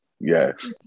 yes